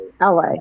la